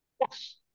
Yes